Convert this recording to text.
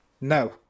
No